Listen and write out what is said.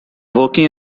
working